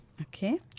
Okay